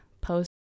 post